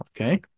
okay